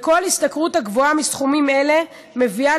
וכל השתכרות הגבוהה מסכומים אלה מביאה